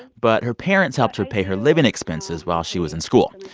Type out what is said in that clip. but her parents helped her pay her living expenses while she was in school.